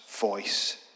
voice